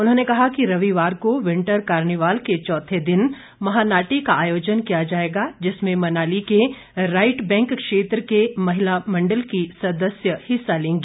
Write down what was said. उन्होंने कहा कि रविवार को विंटर कार्निवाल के चौथे दिन महानाटी का आयोजन किया जाएगा जिसमें मनाली के राईट बैंक क्षेत्र के महिला मंडल की सदस्य हिस्सा लेंगी